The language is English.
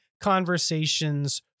conversations